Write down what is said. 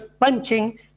punching